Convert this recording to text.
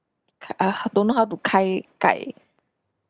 uh don't know how to kai gai